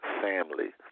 family